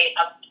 up